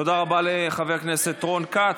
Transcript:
תודה רבה לחבר הכנסת רון כץ.